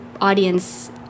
audience